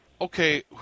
okay